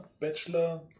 Bachelor